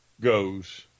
goes